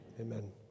Amen